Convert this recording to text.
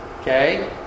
Okay